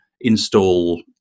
install